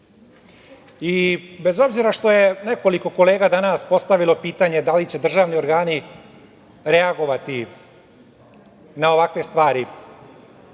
obzira, što je nekoliko kolega danas postavilo pitanje da li će državni organi reagovati na ovakve stvari,